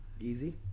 Easy